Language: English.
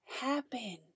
happen